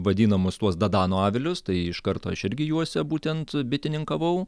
vadinamus tuos dadano avilius tai iš karto aš irgi juose būtent bitininkavau